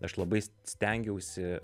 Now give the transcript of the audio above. aš labai stengiausi